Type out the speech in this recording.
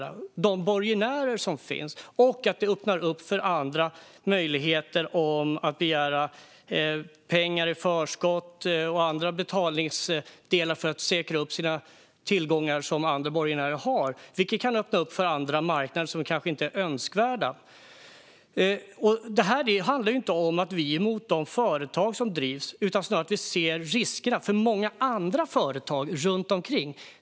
Det handlar också om de borgenärer som finns. Detta öppnar upp för olika möjligheter att begära pengar i förskott och andra betalningsdelar. Det kan vara fråga om att säkra tillgångar som andra borgenärer har. Det här kan öppna upp marknader som kanske inte är önskvärda. Det handlar inte om att vi skulle vara emot de företag som drivs, utan snarare om att vi ser riskerna för många andra företag runt omkring.